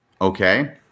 okay